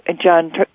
John